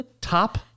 Top